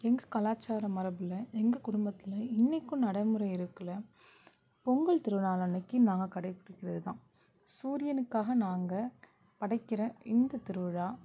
எங்கள் கலாச்சார மரபில் எங்கள் குடும்பத்தில் இன்றைக்கும் நடைமுறை இருக்கிற பொங்கல் திருநாள் அன்றைக்கு நாங்கள் கடைப்பிடிக்கிறது தான் சூரியனுக்காக நாங்கள் படைக்கிற இந்த திருவிழா